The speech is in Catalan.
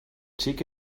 xic